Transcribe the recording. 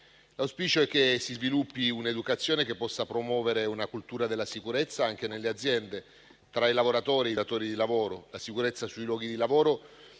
L'auspicio è che si sviluppi un'educazione che promuova una cultura della sicurezza anche nelle aziende, tra i lavoratori e i datori di lavoro. La sicurezza sui luoghi di lavoro